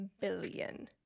billion